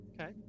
Okay